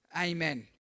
Amen